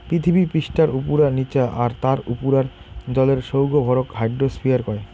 পিথীবি পিষ্ঠার উপুরা, নিচা আর তার উপুরার জলের সৌগ ভরক হাইড্রোস্ফিয়ার কয়